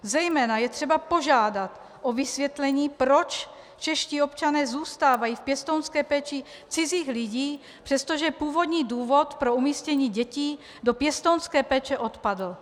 Zejména je třeba požádat o vysvětlení, proč čeští občané zůstávají v pěstounské péči cizích lidí, přestože původní důvod pro umístění dětí do pěstounské péče odpadl.